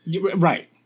Right